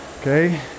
okay